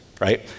right